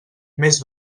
més